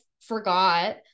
forgot